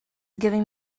giving